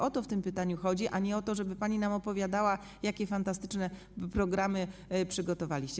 O to w tym pytaniu chodzi, a nie o to, żeby pani nam opowiadała, jakie fantastyczne programy przygotowaliście.